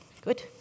Good